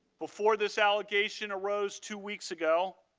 before this allegation arose two weeks ago,